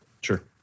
Sure